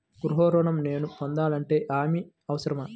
గృహ ఋణం నేను పొందాలంటే హామీ అవసరమా?